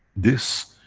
this,